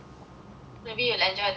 maybe you enjoy the dance lah